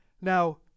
Now